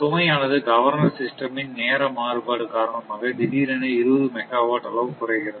சுமையானது governor system இன் நேர மாறுபாடு காரணமாக திடீரென 20 மெகாவாட் அளவு குறைகிறது